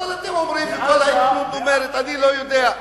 אתם אומרים: אני לא יודע.